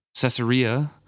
Caesarea